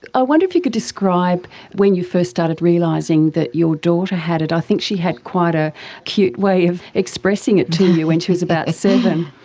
i wonder if you could describe when you first started realising that your daughter had it. i think she had quite a cute way of expressing it to you when she was about seven.